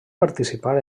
participar